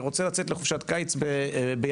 ורוצה לצאת לחופשת קיץ ביוון,